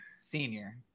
senior